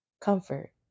comfort